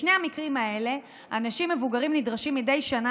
בשני המקרים האלה אנשים מבוגרים נדרשים מדי שנה